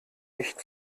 nicht